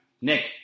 Nick